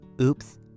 Oops